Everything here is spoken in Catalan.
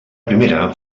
primera